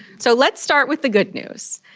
so let's start with the good news.